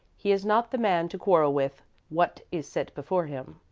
he is not the man to quarrel with what is set before him.